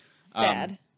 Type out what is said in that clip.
Sad